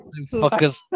fuckers